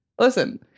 Listen